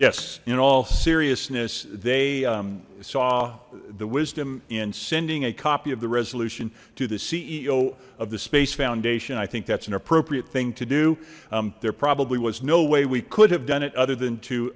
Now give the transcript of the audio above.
yes in all seriousness they saw the wisdom in sending a copy of the resolution to the ceo of the space foundation i think that's an appropriate thing to do there probably was no way we could have done it other than to